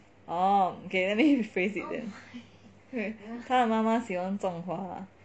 oh okay let me rephrase it then 他的妈妈喜欢种花 lah